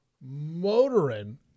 motoring